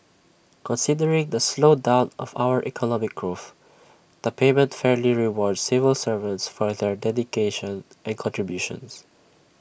considering the slowdown of our economic growth the payment fairly rewards civil servants for their dedication and contributions